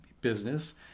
business